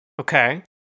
Okay